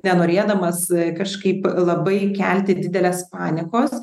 nenorėdamas kažkaip labai kelti didelės panikos